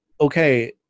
okay